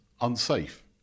unsafe